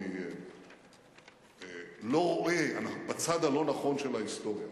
אני לא רואה, אנחנו בצד הלא-נכון של ההיסטוריה.